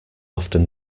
often